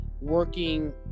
working